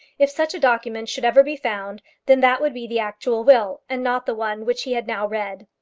if such a document should ever be found, then that would be the actual will and not the one which he had now read.